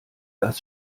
das